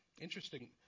Interesting